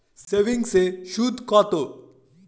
সেভিংসে সুদ কত?